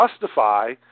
justify